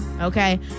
Okay